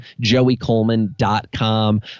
joeycoleman.com